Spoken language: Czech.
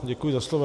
Děkuji za slovo.